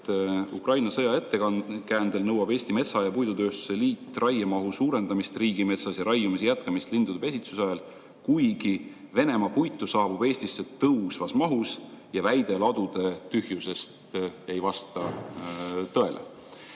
Ukraina sõja ettekäändel nõuab Eesti Metsa‑ ja Puidutööstuse Liit raiemahu suurendamist riigimetsas ja raiumise jätkamist lindude pesitsusajal, kuigi Venemaa puitu saabub Eestisse tõusvas mahus ja väide ladude tühjusest ei vasta tõele.